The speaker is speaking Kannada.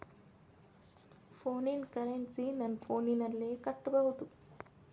ಫೋನಿನ ಕರೆನ್ಸಿ ನನ್ನ ಫೋನಿನಲ್ಲೇ ಕಟ್ಟಬಹುದು?